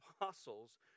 apostles